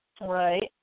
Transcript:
Right